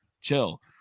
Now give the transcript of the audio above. chill